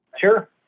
Sure